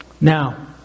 Now